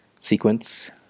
sequence